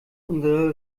unsere